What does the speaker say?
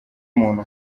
muntu